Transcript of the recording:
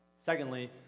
Secondly